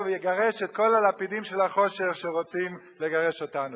ויגרש את כל הלפידים של החושך שרוצים לגרש אותנו.